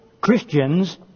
Christians